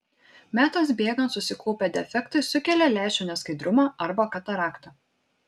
metams bėgant susikaupę defektai sukelia lęšių neskaidrumą arba kataraktą